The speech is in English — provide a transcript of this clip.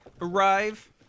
arrive